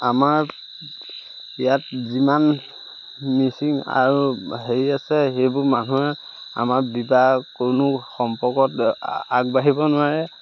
আমাৰ ইয়াত যিমান মিচিং আৰু হেৰি আছে সেইবোৰ মানুহে আমাৰ বিবাহ কোনো সম্পৰ্কত আগবাঢ়িব নোৱাৰে